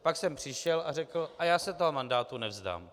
Pak sem přišel a řekl: a já se toho mandátu nevzdám.